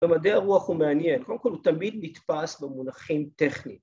במדעי הרוח הוא מעניין. קודם כל הוא תמיד נתפס במונחים טכניים